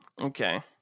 Okay